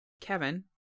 Kevin